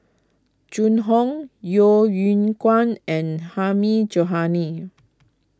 Zhu Hong Yeo Yeow Kwang and Hilmi Johandi